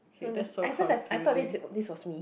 so then at first I thought I thought this was me